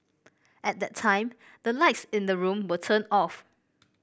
at that time the lights in the room were turned off